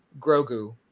Grogu